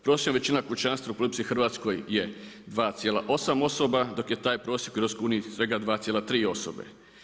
Prosječna većina kućanstva u RH je 2,8 osoba dok je taj prosjek u EU svega 2,3 osobe.